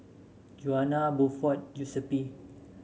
Juana Buford Giuseppe